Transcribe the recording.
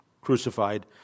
crucified